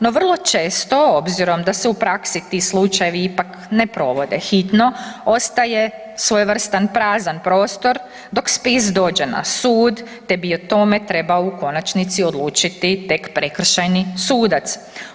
No vrlo često obzirom da se u praksi ti slučajevi ipak ne provode hitno ostaje svojevrstan prazan prostor dok spis dođe na sud te bi o tome trebao u konačnici odlučiti tek prekršajni sudac.